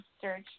search